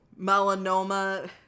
melanoma